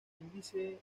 índice